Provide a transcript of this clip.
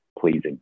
pleasing